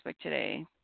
today